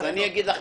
אז אני אגיד לך,